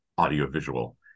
audiovisual